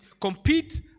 compete